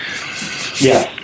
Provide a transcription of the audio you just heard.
Yes